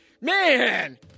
Man